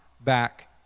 back